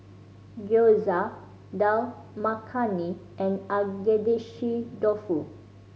Gyoza Dal Makhani and Agedashi Dofu